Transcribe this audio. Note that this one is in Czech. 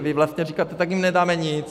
Vy vlastně říkáte: tak jim nedáme nic.